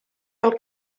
del